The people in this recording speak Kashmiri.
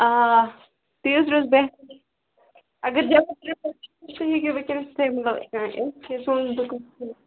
آ تی حظ روزِ بہتر اگر تُہۍ وُنکٮ۪س تَمہِ دۅہ تانۍ یِتھ تیٚلہِ سوزَن بہٕ کِہیٖنٛۍ